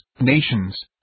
nations